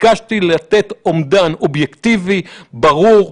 ביקשתי לתת אומדן אובייקטיבי, ברור,